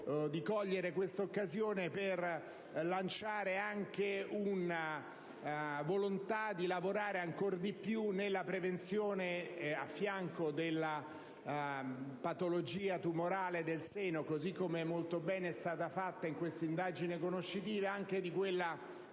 cogliere quest'occasione per lanciare anche la volontà di lavorare ancora più nella prevenzione, oltre che della patologia tumorale del seno, così come molto bene è stato fatto con questa indagine conoscitiva, anche di quella